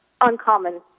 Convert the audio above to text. uncommon